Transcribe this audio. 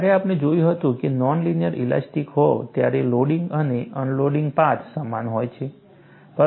જ્યારે આપણે જોયું હતું કે નોન લિનિયર ઇલાસ્ટિક હોવ ત્યારે લોડિંગ અને અનલોડિંગ પાથ સમાન હોય છે